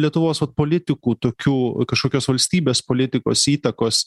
lietuvos vat politikų tokių kažkokios valstybės politikos įtakos